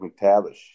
McTavish